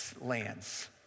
lands